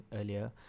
earlier